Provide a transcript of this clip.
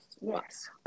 Yes